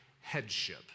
headship